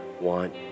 want